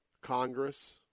Congress